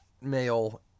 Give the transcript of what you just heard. male